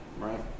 Right